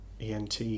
ENT